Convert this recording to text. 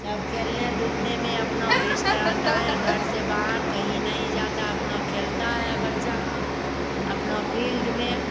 सब खेलने कूदने में अपना व्यस्त रहता है या घर से बाहर कहीं नहीं जाता अपना खेलता है बच्चा अपना फील्ड में